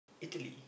Italy